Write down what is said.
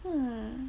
hmm